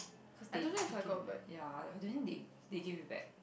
cause they ya I don't think they they give it back